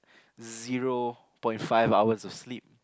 zero point five hours of sleep